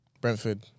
Brentford